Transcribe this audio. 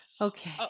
Okay